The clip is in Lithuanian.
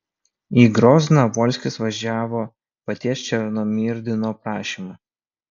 į grozną volskis važiavo paties černomyrdino prašymu